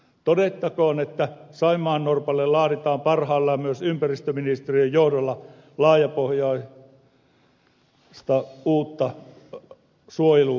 todettakoon että saimaannorpalle laaditaan parhaillaan myös ympäristöministeriön johdolla laajapohjaista uutta suojelustrategiaa